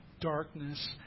darkness